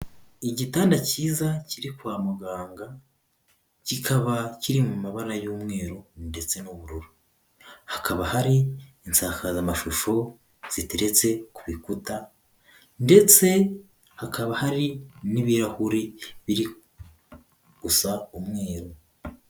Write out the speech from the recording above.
Igitanda cyiza kiri kwa muganga, kikaba kiri mu mabara y'umweru ndetse n'ubururu, hakaba hari insakazamashusho ziteretse ku bikuta, ndetse hakaba hari n'ibirahuri biri gusa umweru.